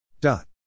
Dot